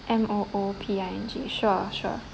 M O O P I N G sure sure